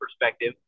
perspective